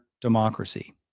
democracy